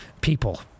people